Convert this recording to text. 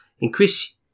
Increase